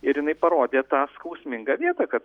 ir jinai parodė tą skausmingą vietą kad